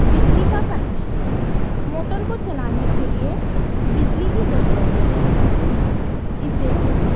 بجلی کا connection motor کو چلانے کے لیے بجلی کی ضرورت ہوتی ہے اسے